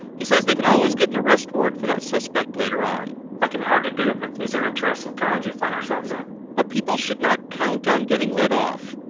he says they can always get an arrest warrant for that suspect later on that can be hard to do, but these are interesting times we find ourselves in but people should not count on getting let off.